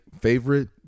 favorite